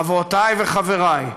עלינו, חברותי וחברי,